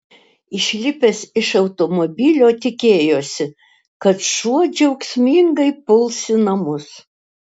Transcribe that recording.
išlipęs iš automobilio tikėjosi kad šuo džiaugsmingai puls į namus